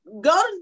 go